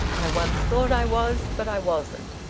i once thought i was, but i wasn't.